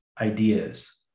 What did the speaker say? ideas